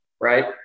right